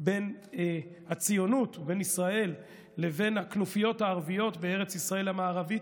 בין הציונות ובין ישראל לבין הכנופיות הערביות בארץ ישראל המערבית,